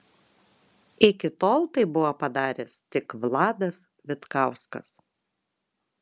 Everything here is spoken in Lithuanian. iki tol tai buvo padaręs tik vladas vitkauskas